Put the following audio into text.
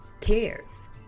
cares